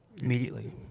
Immediately